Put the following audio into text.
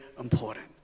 important